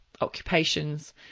occupations